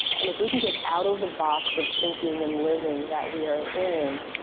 and if we can get out of the box of thinking and living that we are in,